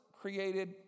created